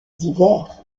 divers